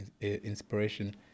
inspiration